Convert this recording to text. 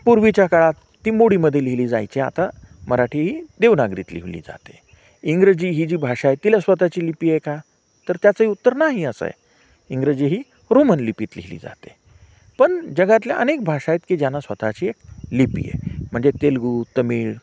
पूर्वीच्या काळात ती मोडीमध्ये लिहिली जायची आता मराठी ही देवनागरीत लिहिली जाते इंग्रजी ही जी भाषा आहे तिला स्वतःची लिपी आहे का तर त्याचं उत्तर नाही असं आहे इंग्रजी ही रोमन लिपीत लिहिली जाते पण जगातल्या अनेक भाषा आहेत की ज्यांना स्वतःची एक लिपी आहे म्हणजे तेलगू तमिळ